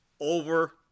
over